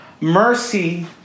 mercy